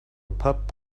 pub